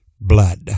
blood